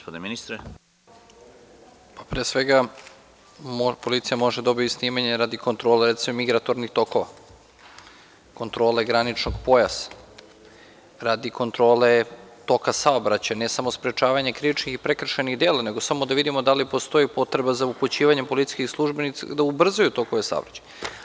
Pre svega, policija može da obavi snimanje radi kontrole, recimo, migratornih tokova, kontrole graničnog pojasa, radi kontrole toka saobraćaja, ne samo sprečavanja krivičnih i prekršajnih dela, nego samo da vidimo da li postoji potreba za upućivanjem policijskih službi da ubrzaju tokove saobraćaja.